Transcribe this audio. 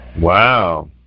Wow